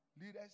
leaders